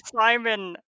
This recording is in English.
Simon